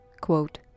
Quote